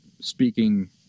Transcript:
speaking